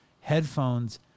headphones